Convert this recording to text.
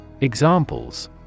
Examples